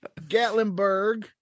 Gatlinburg